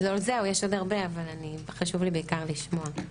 לא זהו, יש עוד הרבה, אבל חשוב לי בעיקר לשמוע.